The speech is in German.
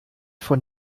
von